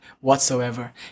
whatsoever